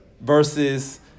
versus